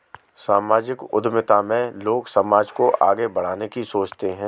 सामाजिक उद्यमिता में लोग समाज को आगे बढ़ाने की सोचते हैं